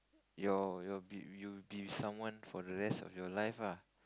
your your be you be someone for the rest of your life lah